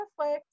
Netflix